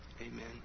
Amen